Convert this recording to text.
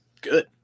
good